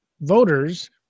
voters